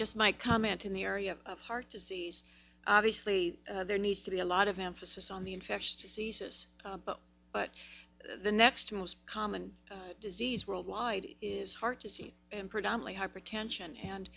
just my comment in the area of heart disease obviously there needs to be a lot of emphasis on the infectious diseases but the next most common disease worldwide is heart disease and predominately hypertension and